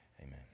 Amen